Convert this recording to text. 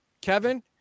kevin